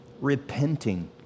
repenting